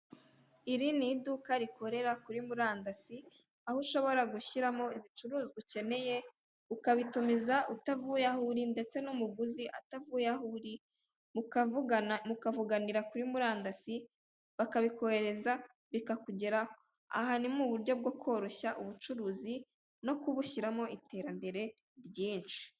Iri ni iduka rikorera kuri murandasi, aho ushobora gushyiramo ibicuruzwa ukeneye, ukabitumiza utavuye aho uri, ndetse n'umuguzi atavuye aho uri, mukavugana, mukavuganira kuri murandasi, bakabikoherereza, bikakugeraho. Aha ni mu buryo bwo koroshya ubucuruzi, no kubushyiramo iterambere ryinshi.